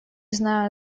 знаю